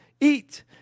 eat